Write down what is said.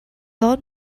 old